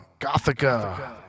Gothica